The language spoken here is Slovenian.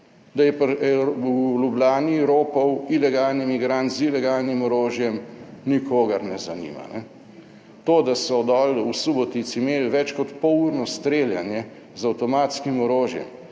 Da je v Ljubljani ropal ilegalni migrant z ilegalnim orožjem, nikogar ne zanima. To, da so dol v Subotici imeli več kot pol urno streljanje z avtomatskim orožjem